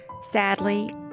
Sadly